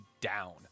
down